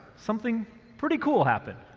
something pretty cool happened.